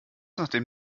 nachdem